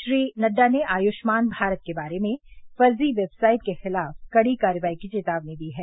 श्री नड्डा ने आयुष्मान भारत के बारे में फर्जी वेबसाइट के खिलाफ कड़ी काईवाई की चेतावनी दी है